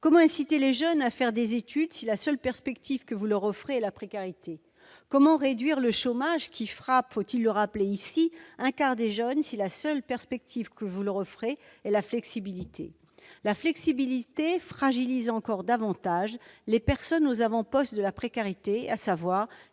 Comment inciter les jeunes à faire des études si la seule perspective que vous leur offrez est la précarité ? Comment réduire le chômage qui frappe- faut-il le rappeler ici ?-un quart des jeunes si la seule perspective que vous leur offrez est la flexibilité ? La flexibilité fragilise encore davantage les personnes aux avant-postes de la précarité, à savoir